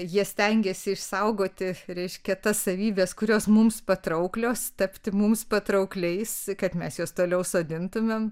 jie stengiasi išsaugoti reiškia tas savybes kurios mums patrauklios tapti mums patraukliais kad mes juos toliau sodintumėm